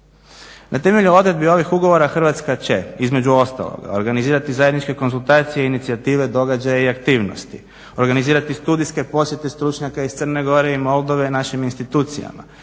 Na temelju odredbi ovih ugovora Hrvatska će između ostaloga organizirati zajedničke konzultacije i inicijative, događaje i aktivnosti, organizirati studijske posjete stručnjaka iz Crne Gore i Moldove našim institucijama,